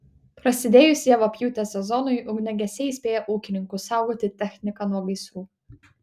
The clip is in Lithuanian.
prasidėjus javapjūtės sezonui ugniagesiai įspėja ūkininkus saugoti techniką nuo gaisrų